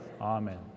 amen